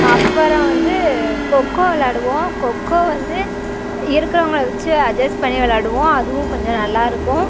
அப்புறம் வந்து கொக்கோ விளாடுவோம் கொக்கோ வந்து இருக்கறவங்களை வச்சு அட்ஜஸ் பண்ணி விளாடுவோம் அதுவும் கொஞ்சம் நல்லா இருக்கும்